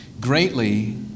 Greatly